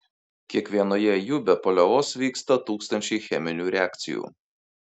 kiekvienoje jų be paliovos vyksta tūkstančiai cheminių reakcijų